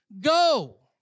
go